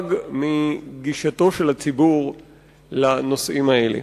מודאג מגישתו של הציבור לנושאים האלה.